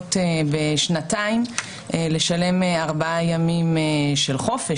נאלצות בשנתיים לשלם ארבעה ימים של חופש